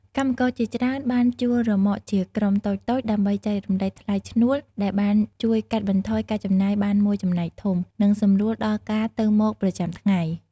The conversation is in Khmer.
កម្មករជាច្រើនបានជួលរ៉ឺម៉កជាក្រុមតូចៗដើម្បីចែករំលែកថ្លៃឈ្នួលដែលបានជួយកាត់បន្ថយការចំណាយបានមួយចំណែកធំ និងសម្រួលដល់ការទៅមកប្រចាំថ្ងៃ។